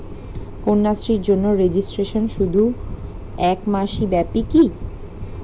কন্যাশ্রীর জন্য রেজিস্ট্রেশন শুধু এক মাস ব্যাপীই কি?